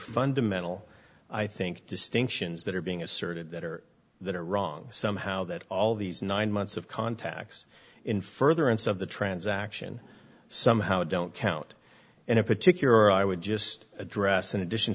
fundamental i think distinctions that are being asserted that are that are wrong somehow that all these nine months of contacts in furtherance of the transaction somehow don't count and in particular i would just address in addition